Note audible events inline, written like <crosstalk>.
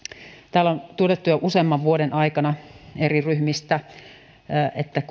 täällä on todettu jo useamman vuoden aikana eri ryhmistä että <unintelligible>